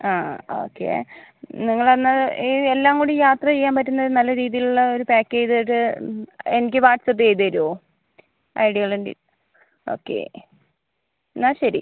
ആ ഓക്കെ നിങ്ങളെന്നാൽ ഈ എല്ലാം കൂടി യാത്ര ചെയ്യാൻ പറ്റുന്ന ഒരു നല്ല രീതിയിലുള്ളൊരു പാക്കേജ് ഒരു എനിക്ക് വാട്സപ്പ് ചെയ്ത് തരുമോ ഐടിയോളൻറ്റി ഓക്കെ എന്നാൽ ശരി